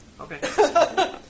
Okay